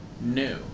new